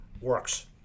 works